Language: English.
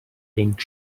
pink